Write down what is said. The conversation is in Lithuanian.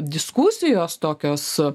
diskusijos tokios